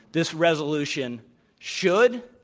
this resolution should,